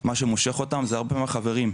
מה שמושך אותם זה הרבה מהחברים,